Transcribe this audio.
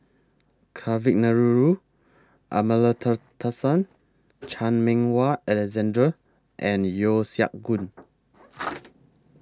Kavignareru Amallathasan Chan Meng Wah Alexander and Yeo Siak Goon